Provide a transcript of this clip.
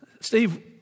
Steve